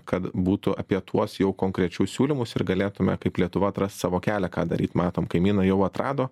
kad būtų apie tuos jau konkrečius siūlymus ir galėtume kaip lietuva atrast savo kelią ką daryt matom kaimynai jau atrado